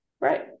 right